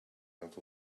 out